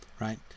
Right